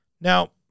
Now